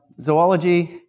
zoology